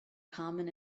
common